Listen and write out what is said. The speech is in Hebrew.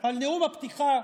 על נאום הפתיחה,